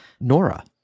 Nora